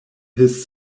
his